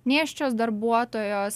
nėščios darbuotojos